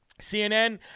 CNN